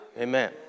Amen